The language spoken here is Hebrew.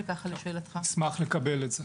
נשמח לקבל את זה.